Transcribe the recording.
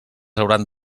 hauran